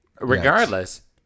Regardless